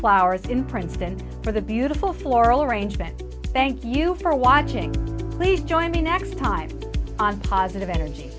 flowers in princeton for the beautiful floral arrangement thank you for watching please join me next time on positive energy